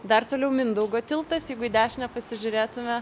dar toliau mindaugo tiltas jeigu į dešinę pasižiūrėtumėme